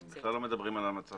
אנחנו בכלל לא מדברים על המצב הזה,